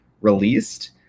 released